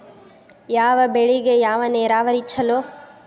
ಯಾವ ಬೆಳಿಗೆ ಯಾವ ನೇರಾವರಿ ಛಲೋ?